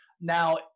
now